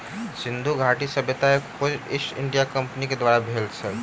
सिंधु घाटी सभ्यता के खोज ईस्ट इंडिया कंपनीक द्वारा भेल छल